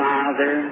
Father